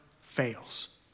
fails